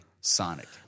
Sonic